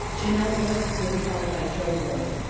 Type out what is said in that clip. janelle wood will be followed by joe grove.